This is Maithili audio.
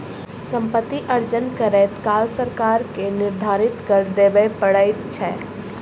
सम्पति अर्जन करैत काल सरकार के निर्धारित कर देबअ पड़ैत छै